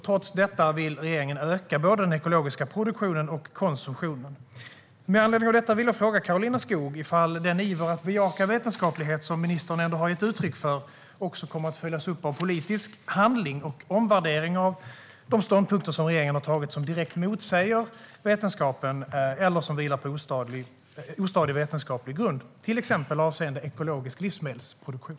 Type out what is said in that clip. Trots detta vill regeringen öka både den ekologiska produktionen och den ekologiska konsumtionen. Med anledning av detta vill jag fråga Karolina Skog om den iver att bejaka vetenskaplighet som ministern har gett uttryck för kommer att följas upp av politisk handling och omvärdering av de ståndpunkter som regeringen har intagit och som direkt motsäger vetenskapen eller vilar på ostadig vetenskaplig grund, till exempel avseende ekologisk livsmedelsproduktion.